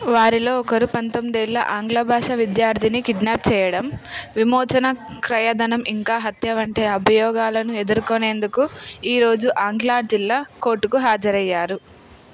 వారిలో ఒకరు పంతొమిదేళ్ల ఆంగ్ల భాషా విద్యార్థిని కిడ్నాప్ చేయడం విమోచన క్రయధనం ఇంకా హత్య వంటి అభియోగాలను ఎదుర్కొనేందుకు ఈరోజు ఆక్లాండ్ జిల్లా కోర్టుకు హాజరయ్యారు